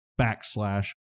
backslash